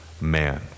man